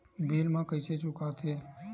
bill ला कइसे चुका थे